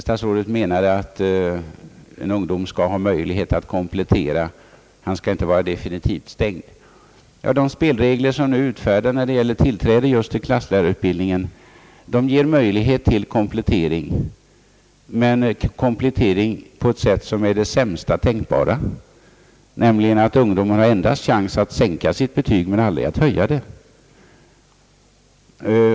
Statsrådet menade att en studerande skall ha möjlighet att komplettera — han skall inte vara definitivt stängd. De spelregler som gäller för tillträde till klasslärarutbildning :ger möjlighet till "komplettering, men komplettering på ett sätt som är det sämsta tänkbara, nämligen att ungdomarna endast har chans att sänka sitt betyg men aldrig att höja det.